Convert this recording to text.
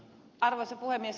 arvoisa puhemies